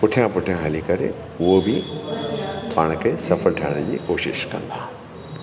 पुठियां पुठियां हली करे उहा बि पाण खे सफ़ल ठाहिण जी कोशिश कंदा